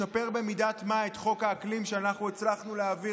לשפר במידת מה את חוק האקלים שאנחנו הצלחנו להעביר